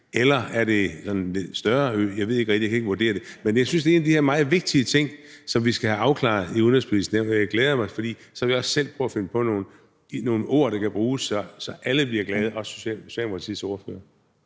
eller er det noget større? Jeg ved det ikke helt rigtig. Jeg kan ikke vurdere det. Men jeg synes, det er en af de her meget vigtige ting, som vi skal have afklaret i Det Udenrigspolitiske Nævn. Og jeg glæder mig, for så vil jeg også selv prøve at finde på nogle ord, der kan bruges, så alle bliver glade, også Socialdemokratiets ordfører.